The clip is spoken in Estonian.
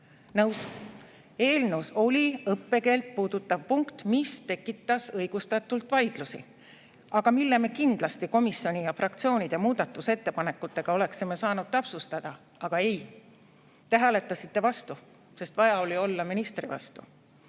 Nõus, eelnõus oli õppekeelt puudutav punkt, mis tekitas õigustatult vaidlusi, aga me kindlasti oleksime komisjoni ja fraktsioonide muudatusettepanekutega saanud seda täpsustada. Aga ei, te hääletasite vastu, sest vaja oli olla ministri vastu.